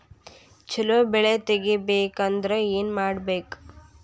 ಛಲೋ ಬೆಳಿ ತೆಗೇಬೇಕ ಅಂದ್ರ ಏನು ಮಾಡ್ಬೇಕ್?